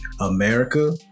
America